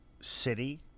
city